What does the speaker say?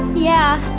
yeah.